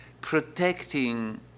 Protecting